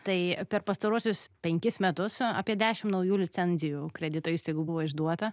tai per pastaruosius penkis metus apie dešim naujų licenzijų kredito įstaigų buvo išduota